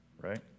right